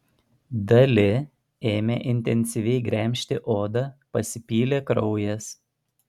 dali ėmė intensyviai gremžti odą pasipylė kraujas